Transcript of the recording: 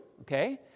Okay